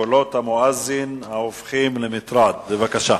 קולות המואזין ההופכים למטרד, בבקשה.